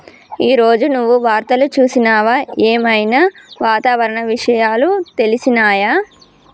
ఈ రోజు నువ్వు వార్తలు చూసినవా? ఏం ఐనా వాతావరణ విషయాలు తెలిసినయా?